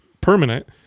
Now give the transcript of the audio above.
permanent